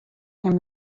him